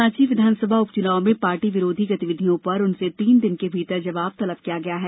सांची विधानसभा उपचुनाव में पार्टी विरोधी गतिविधियों पर उनसे तीन दिन के भीतर जवाब तलब किया गया है